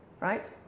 Right